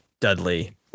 Dudley